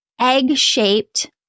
egg-shaped